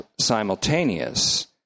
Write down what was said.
simultaneous